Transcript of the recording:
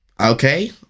Okay